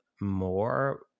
more